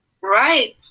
Right